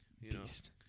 Beast